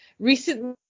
Recently